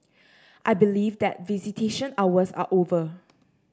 I believe that visitation hours are over